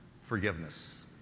forgiveness